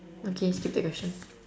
okay skip the question